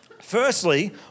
Firstly